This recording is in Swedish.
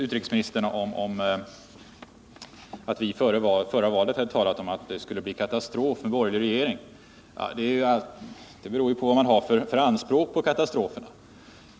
Utrikesministern talade om att vi före förra valet hade sagt att det skulle bli en katastrof med en borgerlig regering. Det beror på vad man har för anspråk på katastroferna.